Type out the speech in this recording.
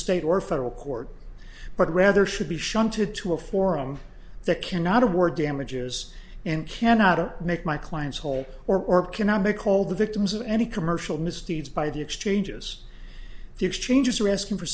state or federal court but rather should be shunted to a forum that cannot award damages and cannot make my clients whole or or cannot make all the victims of any commercial misdeeds by the exchanges the exchanges are asking for